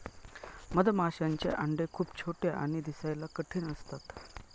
मधमाशांचे अंडे खूप छोटे आणि दिसायला कठीण असतात